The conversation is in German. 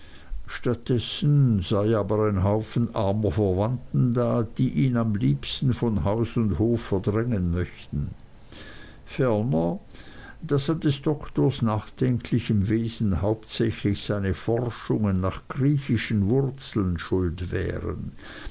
dessen sei aber ein haufen armer verwandten da die ihn am liebsten von haus und hof verdrängen möchten ferner daß an des doktors nachdenklichem wesen hauptsächlich seine forschungen nach griechischen wurzeln schuld wären